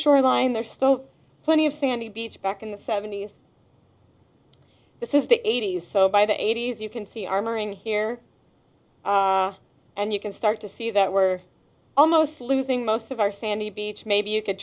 shoreline there's still plenty of sandy beach back in the seventy's this is the eighty's so by the eighty's you can see our mine here and you can start to see that we're almost losing most of our sandy beach maybe you could